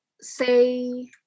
say